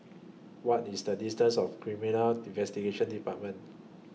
What IS The distance of Criminal Investigation department